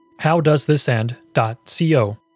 howdoesthisend.co